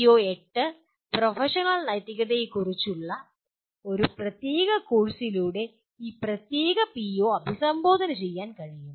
PO8 professional നൈതികതയെക്കുറിച്ചുള്ള ഒരു പ്രത്യേക കോഴ്സിലൂടെ ഈ പ്രത്യേക പിഒ അഭിസംബോധന ചെയ്യാൻ കഴിയും